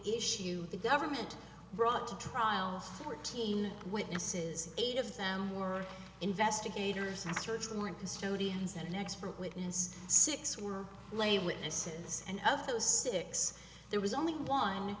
issue the government brought to trial fourteen witnesses eight of them were investigators and search warrant custodians and an expert witness six were lay witnesses and of those six there was only one